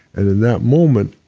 and in that moment,